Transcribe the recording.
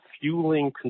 fueling